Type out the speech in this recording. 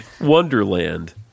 Wonderland